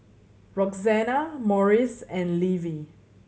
Roxana Morris and Levie